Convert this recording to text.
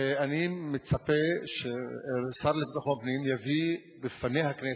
אני מצפה שהשר לביטחון פנים יביא בפני הכנסת,